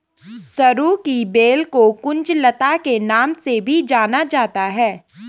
सरू की बेल को कुंज लता के नाम से भी जाना जाता है